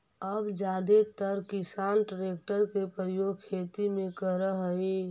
अब जादेतर किसान ट्रेक्टर के प्रयोग खेती में करऽ हई